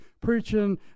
preaching